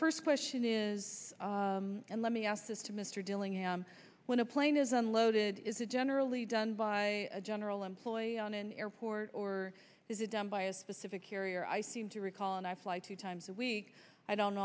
first question is and let me ask this to mr dillingham when a plane is unloaded is it generally done by a general employee on an airport or is it done by a specific carrier i seem to recall and i fly two times a week i don't